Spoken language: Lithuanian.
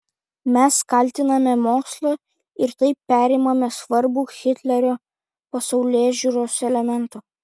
mes kaltiname mokslą ir taip perimame svarbų hitlerio pasaulėžiūros elementą